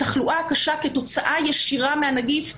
התחלואה הקשה כתוצאה ישירה מהנגיף,